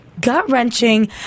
gut-wrenching